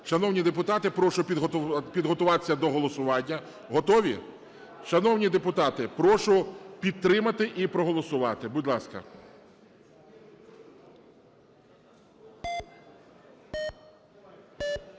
Шановні депутати, я прошу підготуватися до голосування. Готові? Шановні депутати, прошу підтримати і проголосувати, будь ласка.